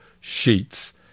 sheets